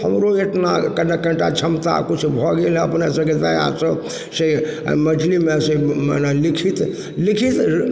हमरो एतना कनिटा कनिटा क्षमता कुछ भऽ गेल हँ अपने सभके दयासँ मैथिलीमे से लिखित लिखित